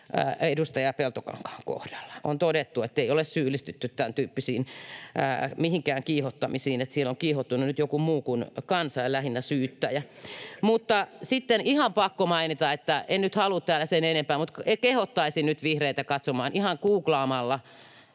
edustaja Peltokankaan kohdalla. On todettu, ettei ole syyllistytty mihinkään tämäntyyppisiin kiihottamisiin, että siellä on kiihottunut nyt joku muu kuin kansa, lähinnä syyttäjä. Mutta sitten on ihan pakko mainita: En nyt halua täällä sen enempää, mutta kehottaisin nyt vihreitä katsomaan ihan googlaamalla